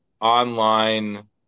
online